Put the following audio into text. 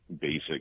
basic